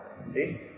see